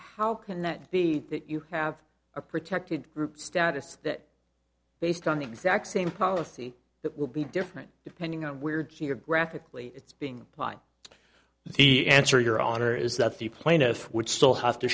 how can that be that you have a protected group status that based on the exact same policy that will be different depending on where geographically it's being polite the answer your honor is that the plaintiff would still have to